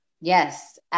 Yes